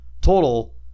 total